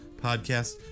podcast